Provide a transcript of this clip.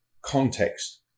context